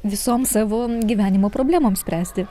visoms savo gyvenimo problemoms spręsti